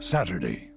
Saturday